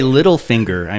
Littlefinger